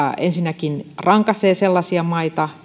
ensinnäkin rankaisee sellaisia maita